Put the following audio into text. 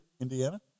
Indiana